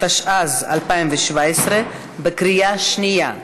התשע"ז 2017, בקריאה שנייה.